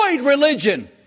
religion